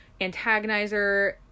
antagonizer